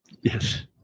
Yes